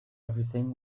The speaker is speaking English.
everything